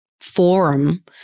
forum